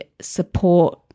support